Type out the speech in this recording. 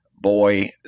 boy